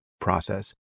process